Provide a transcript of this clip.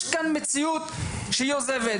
יש כאן מציאות שהיא עוזבת.